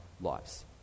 lives